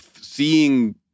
seeing